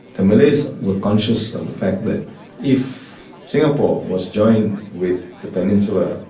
the malays were conscious of the fact that if singapore was joined with the peninsula,